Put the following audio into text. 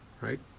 Right